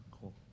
Cool